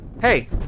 hey